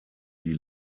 die